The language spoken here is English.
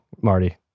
Marty